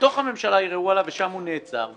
מתוך הממשלה --- ושם הוא נעצר.